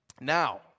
Now